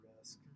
risk